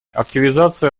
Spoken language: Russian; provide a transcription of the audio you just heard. активизация